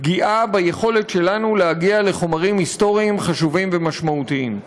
פגיעה ביכולת שלנו להגיע לחומרים היסטוריים חשובים ומשמעותיים.